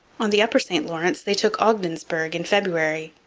on the upper st lawrence they took ogdensburg in february.